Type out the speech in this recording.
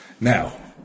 Now